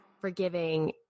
forgiving